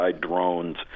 drones